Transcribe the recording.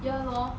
ya lor